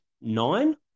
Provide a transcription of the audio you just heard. nine